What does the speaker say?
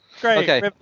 Great